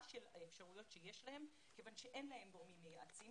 של האפשרויות שיש להם כיוון שאין להם גורמים מייעצים,